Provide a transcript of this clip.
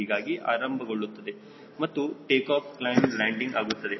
ಹೀಗಾಗಿ ಆರಂಭಗೊಳ್ಳುತ್ತದೆ ಮತ್ತು ಟೇಕಾಫ್ ಕ್ಲೈಮ್ ಲ್ಯಾಂಡಿಂಗ್ ಆಗುತ್ತದೆ